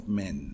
men